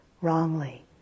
wrongly